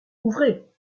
ouvrez